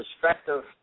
perspective